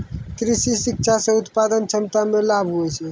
कृषि शिक्षा से उत्पादन क्षमता मे लाभ हुवै छै